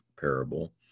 parable